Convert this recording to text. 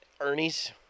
Ernie's